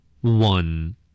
One